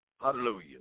Hallelujah